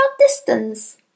distance